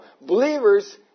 believers